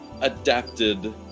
adapted